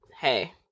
hey